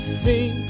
see